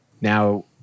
now